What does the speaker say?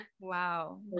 Wow